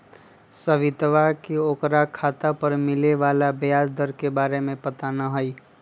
सवितवा के ओकरा खाता पर मिले वाला ब्याज दर के बारे में पता ना हई